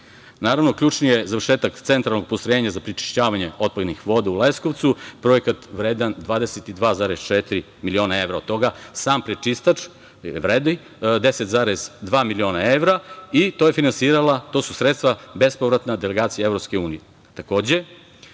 Naravno, ključni je završetak Centralnog postrojenja za prečišćavanje otpadnih voda u Leskovcu, projekat vredan 22,4 miliona evra, a od toga sam prečistač vredi 10,2 miliona evra. To su bespovratna sredstva